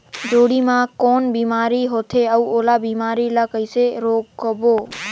जोणी मा कौन बीमारी होथे अउ ओला बीमारी ला कइसे रोकबो?